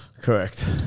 Correct